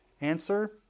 Answer